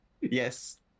yes